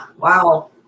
Wow